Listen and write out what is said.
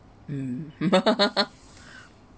mm